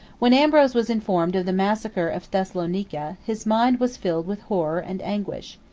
when ambrose was informed of the massacre of thessalonica, his mind was filled with horror and anguish.